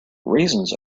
raisins